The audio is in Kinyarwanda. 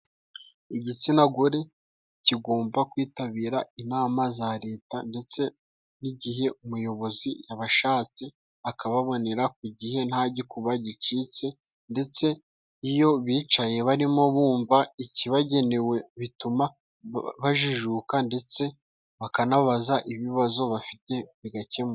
Ugitsina gore kigomba kwitabira inama za Leta, ndetse n'igihe umuyobozi yabashatse akababonera ku gihe ntagikuba gicitse, ndetse iyo bicaye barimo bumva ikibagenewe, bituma bajijuka ndetse bakanabaza ibibazo bafite bigakemuka.